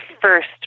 first